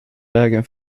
vägen